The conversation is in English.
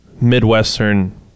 midwestern